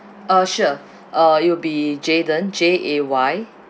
uh sure uh it will be jayden J A Y